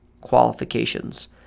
qualifications